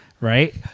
Right